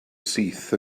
syth